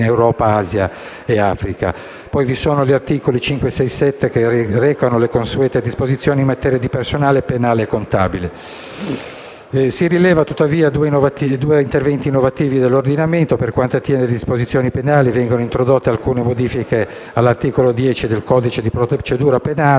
e Africa. Gli articoli 5, 6 e 7 recano le consuete disposizioni in materia di personale, penale e contabile. Si rilevano, tuttavia, due interventi innovativi dell'ordinamento. Per quanto attiene le disposizioni penali, vengono introdotte alcune modifiche all'articolo 10 del codice di procedura penale.